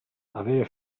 avere